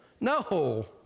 No